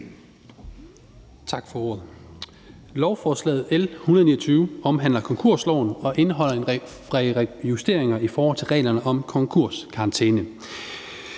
Tak for ordet. Lovforslaget L 129 omhandler konkursloven og indeholder en række justeringer i forhold til reglerne om konkurskarantæne.